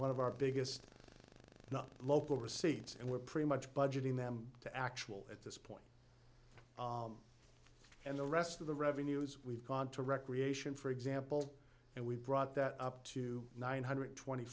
one of our biggest it is not the local receipts and we're pretty much budgeting them to actual at this point and the rest of the revenues we've gone to recreation for example and we brought that up to nine hundred twenty